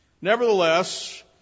Nevertheless